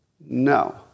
No